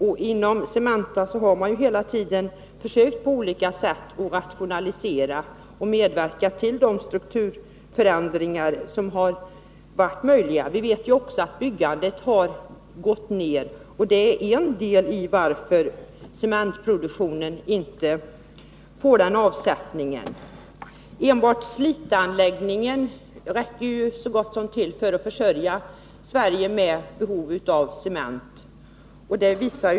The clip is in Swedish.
Cementa AB har hela tiden på olika sätt försökt rationalisera och medverkat till strukturförändringar. Byggandet har som bekant gått ned, och det är en av förklaringarna till att det är svårt att få avsättning för den cement som produceras. Enbart Sliteanläggningen räcker nästan till för att försörja Sverige med den cement som behövs.